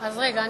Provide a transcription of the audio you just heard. אז רגע,